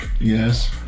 Yes